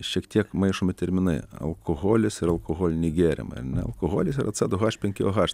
šiek tiek maišomi terminai alkoholis ir alkoholiniai gėrimai ar ne alkoholis yra c du haš penki o haš